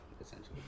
essentially